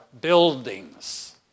buildings